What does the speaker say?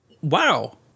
wow